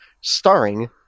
starring